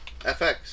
FX